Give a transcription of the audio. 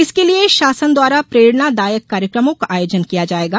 इसके लिये शासन द्वारा प्रेरणा दायक कार्यक्रमों का आयोजन किया जाएगा